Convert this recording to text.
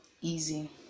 easy